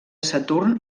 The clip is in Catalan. saturn